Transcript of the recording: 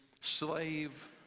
slave